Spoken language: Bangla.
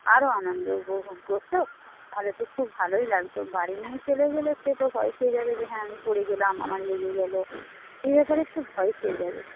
আরও আনন্দ উপভোগ করতো তাহলে তো খুব ভালোই লাগতো বাড়ি নিয়ে চলে গেলে সে তো ভয় খেয়ে যাবে যে হ্যাঁ আমি পড়ে গেলাম আমার লেগে গেল এ ব্যাপারে সে ভয় খেয়ে যাবে